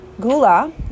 Gula